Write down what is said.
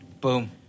boom